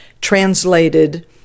translated